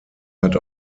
hat